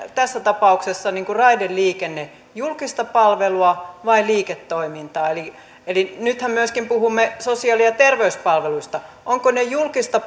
tässä tapauksessa raideliikenne julkista palvelua vai liiketoimintaa nythän puhumme myöskin sosiaali ja terveyspalveluista ovatko ne julkista